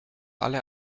alle